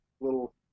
little